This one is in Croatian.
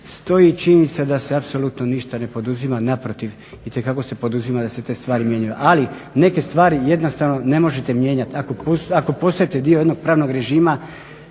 stoji činjenica da se apsolutno ništa ne poduzima. Naprotiv, itekako se poduzima da se te stvari mijenjaju. Ali neke stvari jednostavno ne možete mijenjati. Ako postajete dio jednog pravnog režima